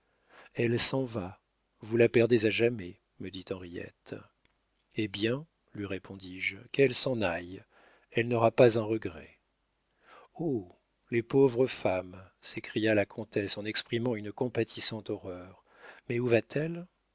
elle s'en va vous la perdez à jamais me dit henriette eh bien lui répondis-je qu'elle s'en aille elle n'aura pas un regret oh les pauvres femmes s'écria la comtesse en exprimant une compatissante horreur mais où va-t-elle